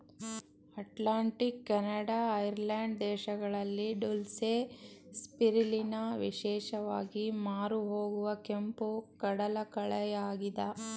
Atlantic, Canada, Ireland ದೇಶಗಳಲ್ಲಿ dulse, spirulina ವಿಶೇಷವಾಗಿ ಮಾರುಹೋಗುವ ಕೆಂಪು ಕಡಲಕಳೆಯಾಗಿದೆ